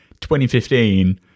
2015